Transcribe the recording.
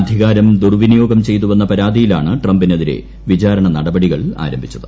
അധികാരം ദൂർവിനിയോഗം ചെയ്തുവെന്ന പരാതിയിലാണ് ട്രംപിനെതിരെ വിചാരണ നടപടികൾ ആരംഭിച്ചത്